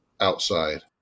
outside